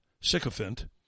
sycophant